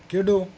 ਖੇਡੋ